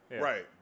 Right